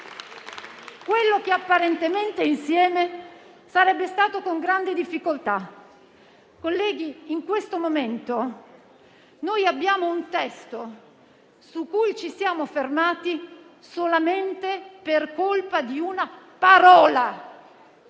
quello che apparentemente insieme sarebbe stato con grande difficoltà. Colleghi, in questo momento noi abbiamo un testo su cui ci siamo fermati solamente per colpa di una parola;